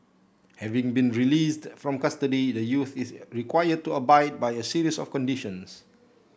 having been released from custody the youth is required to abide by a series of conditions